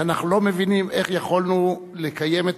שאנחנו לא מבינים איך יכולנו לקיים את